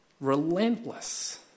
relentless